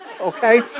okay